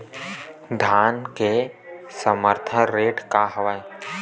धान के समर्थन रेट का हवाय?